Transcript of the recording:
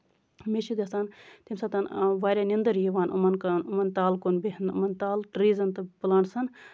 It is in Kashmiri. مےٚ چھُ گژھان تَمہِ ساتہٕ واریاہ نیندٔر یِوان یِمن یِمن تَل کُن بیہنہٕ یِمن تَل ٹریٖزَن تہٕ پٔلانٹٔسَن